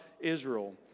Israel